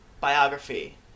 biography